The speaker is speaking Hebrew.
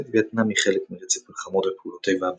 מלחמת וייטנאם היא חלק מרצף מלחמות ופעולות איבה